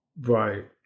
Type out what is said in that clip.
right